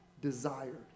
desired